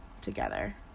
Together